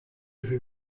veux